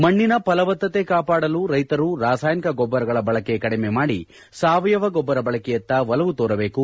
ಮಣ್ಣಿನ ಫಲವತ್ತತೆ ಕಾಪಾಡಲು ರೈತರು ರಾಸಾಯನಿಕ ಗೊಬ್ಬರಗಳ ಬಳಕೆ ಕಡಿಮೆ ಮಾಡಿ ಸಾವಯವ ಗೊಬ್ಬರ ಬಳಕೆಯತ್ತ ಒಲವು ತೋರಬೇಕು